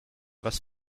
was